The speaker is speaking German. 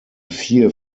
vier